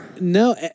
No